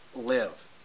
live